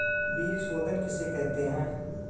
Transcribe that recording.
बीज शोधन किसे कहते हैं?